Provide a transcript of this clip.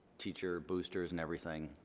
teacher boosters and everything.